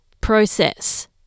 process